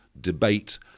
debate